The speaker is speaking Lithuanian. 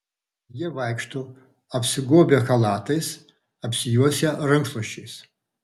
jie vaikšto apsigobę chalatais apsijuosę rankšluosčiais